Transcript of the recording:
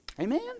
Amen